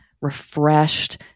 refreshed